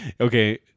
Okay